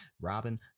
robin